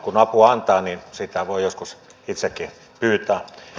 kun apua antaa niin sitä voi joskus itsekin pyytää